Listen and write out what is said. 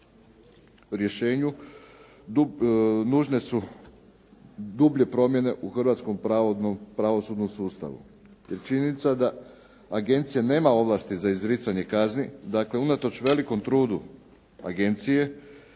rješenju nužne su dublje promjene u hrvatskom pravosudnom sustavu, jer činjenica da agencija nema ovlasti za izricanje kazni, dakle unatoč velikom trudu agencije,